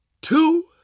two